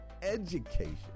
education